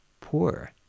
poor